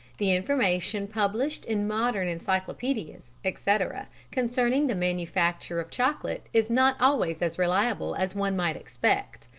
the information published in modern encyclopaedias, etc, concerning the manufacture of chocolate is not always as reliable as one might expect.